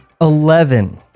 Eleven